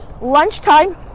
lunchtime